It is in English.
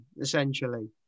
essentially